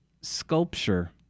sculpture